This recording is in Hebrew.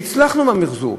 והצלחנו במחזור,